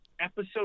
episode